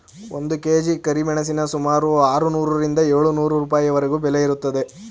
ಒಂದು ಕೆ.ಜಿ ಕರಿಮೆಣಸಿನ ಸುಮಾರು ಆರುನೂರರಿಂದ ಏಳು ನೂರು ರೂಪಾಯಿವರೆಗೆ ಬೆಲೆ ಇರುತ್ತದೆ